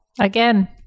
Again